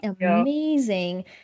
amazing